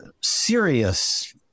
serious